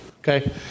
Okay